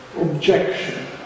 objection